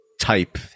type